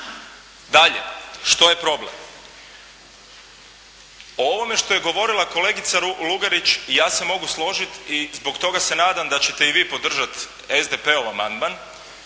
Dalje, što je problem? O ovome što je govorila kolegica Lugarić ja se mogu složiti i zbog toga se nadam da ćete i vi podržati SDP-ov amandman